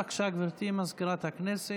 בבקשה, גברתי מזכירת הכנסת.